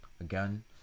Again